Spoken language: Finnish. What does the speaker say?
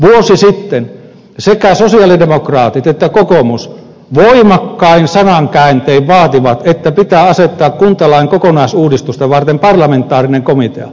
vuosi sitten sekä sosialidemokraatit että kokoomus voimakkain sanankääntein vaativat että pitää asettaa kuntalain kokonaisuudistusta varten parlamentaarinen komitea